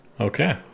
Okay